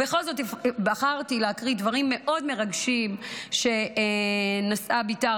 ובכל זאת בחרתי להקריא דברים מרגשים מאוד שנשאה בתה,